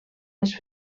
les